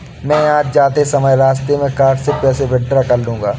मैं आज जाते समय रास्ते में कार्ड से पैसे विड्रा कर लूंगा